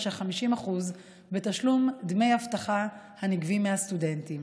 של 50% בתשלום דמי אבטחה הנגבים מהסטודנטים.